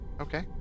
Okay